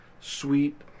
sweet